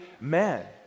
man